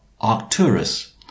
Arcturus